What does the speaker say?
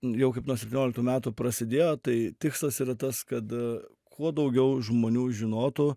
jau kaip nuo septynioliktų metų prasidėjo tai tikslas yra tas kad kuo daugiau žmonių žinotų